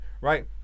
right